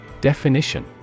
Definition